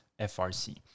FRC